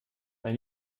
bei